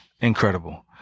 Incredible